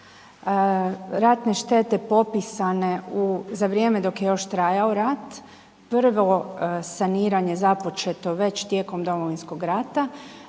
Ratne štete popisane za vrijeme dok je još trajao rat, prvo saniranje započeto već tijekom Domovinskog rata,